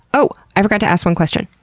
oh! i forgot to ask one question.